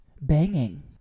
banging